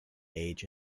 age